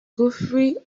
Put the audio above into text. guthrie